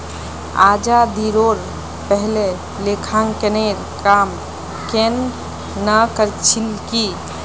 आज़ादीरोर पहले लेखांकनेर काम केन न कर छिल की